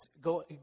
go